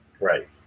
Right